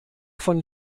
von